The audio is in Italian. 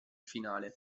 finale